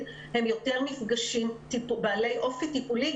הם יותר מפגשים בעלי אופי טיפולי,